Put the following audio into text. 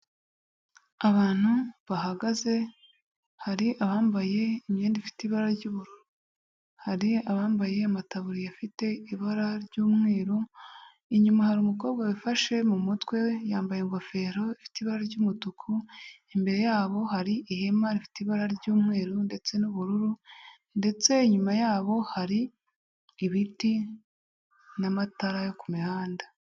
Abantu bahagaze, hari abambaye imyenda ifite ibara ry'ubururu, hari abambaye amatabuririya afite ibara ry'umweru, inyuma hari umukobwa wifashe mu mutwe, yambaye ingofero ifite ibara ry'umutuku, imbere yabo hari ihema rifite ibara ry'umweru ndetse n'ubururu ndetse inyuma yabo hari ibiti n'amatara yo ku mihanda.